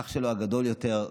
האח שלו הגדול יותר,